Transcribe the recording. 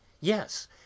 Yes